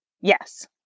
Yes